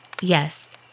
Yes